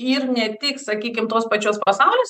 ir ne tik sakykim tos pačios pasaulio